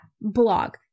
blog